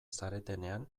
zaretenean